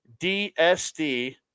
DSD